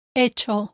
hecho